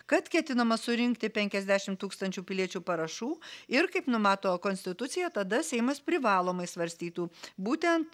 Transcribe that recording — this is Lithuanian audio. kad ketinama surinkti penkiasdešim tūkstančių piliečių parašų ir kaip numato konstitucija tada seimas privalomai svarstytų būtent